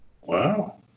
Wow